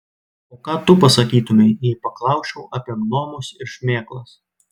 o ką tu pasakytumei jei paklausčiau apie gnomus ir šmėklas